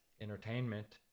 entertainment